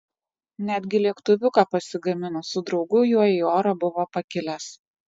netgi lėktuviuką pasigamino su draugu juo į orą buvo pakilęs